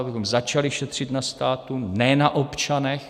Abychom začali šetřit na státu, ne na občanech.